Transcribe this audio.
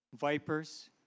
vipers